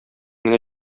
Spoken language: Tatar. генә